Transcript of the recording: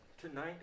Tonight